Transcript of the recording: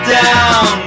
down